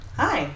hi